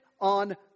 on